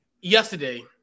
Yesterday